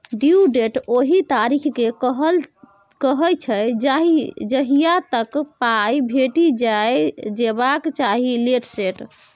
due date ओहि तारीख केँ कहय छै जहिया तक पाइ भेटि जेबाक चाही लेट सेट